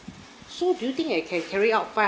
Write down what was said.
so do you think I can carry out